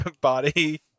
body